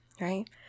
Right